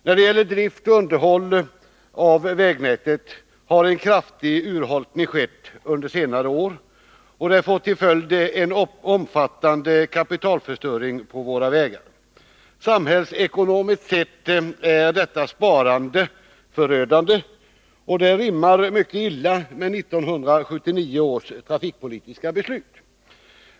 När det gäller drift och underhåll av vägnätet har en kraftig urholkning skett under senare år, och det får till följd en omfattande kapitalförstöring på våra vägar. Samhällsekonomiskt sett är detta sparande förödande och det rimmar mycket illa med 1979 års trafikpolitiska beslut.